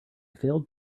failed